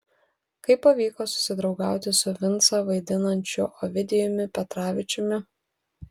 kaip pavyko susidraugauti su vincą vaidinančiu ovidijumi petravičiumi